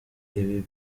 ibi